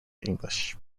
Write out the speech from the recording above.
english